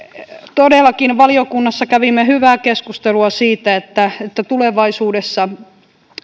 todellakin valiokunnassa kävimme hyvää keskustelua siitä että että tulevaisuudessa